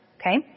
Okay